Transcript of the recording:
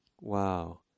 Wow